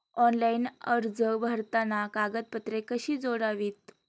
Online अर्ज भरताना कागदपत्रे कशी जोडावीत?